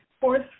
Fourth